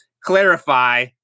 clarify